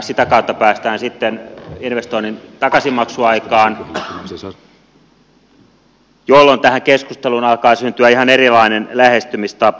sitä kautta päästään sitten investoinnin takaisinmaksuaikaan jolloin tähän keskusteluun alkaa syntyä ihan erilainen lähestymistapa